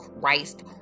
Christ